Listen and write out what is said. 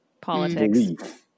politics